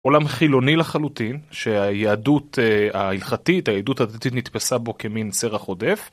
עולם חילוני לחלוטין שהיהדות ההלכתית היהדות הדתית נתפסה בו כמין סרח עודף.